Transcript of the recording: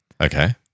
Okay